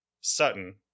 Sutton